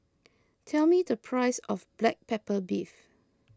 tell me the price of Black Pepper Beef